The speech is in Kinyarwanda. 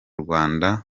rwanda